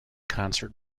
concert